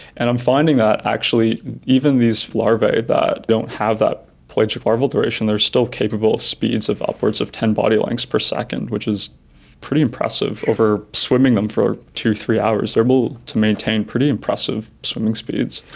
and i'm finding that actually even these larvae that don't have that pelagic larval duration, they are still capable of speeds of upwards of ten body lengths per second, which is pretty impressive. over swimming them for two or three hours they are able to maintain pretty impressive swimming speeds.